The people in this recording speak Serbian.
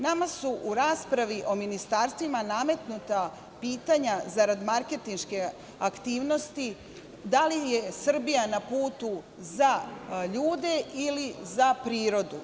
Nama su u raspravi o ministarstvima nametnuta pitanja, zarad marketinške aktivnosti, da li je Srbija na putu za ljude ili za prirodu?